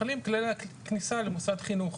חלים כללי הכניסה למוסד חינוך.